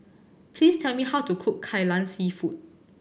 please tell me how to cook Kai Lan Seafood